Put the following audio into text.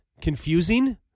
confusing